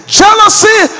jealousy